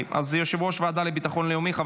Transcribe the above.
יושב-ראש הוועדה לביטחון לאומי חבר